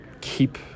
keep